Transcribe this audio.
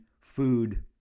food